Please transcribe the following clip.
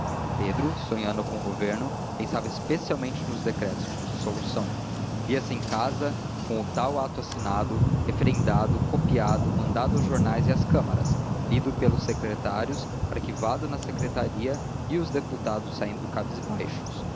pedro sonhando com o governo pensava especialmente nos decretos de dissolução via-se em casa com o ato assinado referendado copiado mandado aos jornais e às câmaras lido pelos secretários arquivado na secretaria e os deputados saindo cabisbaixos